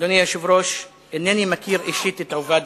אדוני היושב-ראש, אינני מכיר אישית את עובדיה.